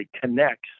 connects